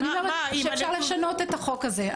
אז אני חושבת שאפשר לשנות את החוק הזה.